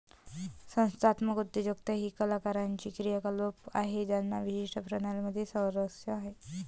संस्थात्मक उद्योजकता ही कलाकारांची क्रियाकलाप आहे ज्यांना विशिष्ट प्रणाली मध्ये स्वारस्य आहे